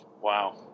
Wow